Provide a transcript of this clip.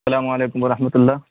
السلام علیکم ورحمتہ اللہ